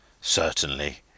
Certainly